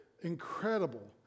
incredible